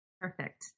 Perfect